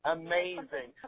amazing